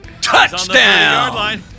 Touchdown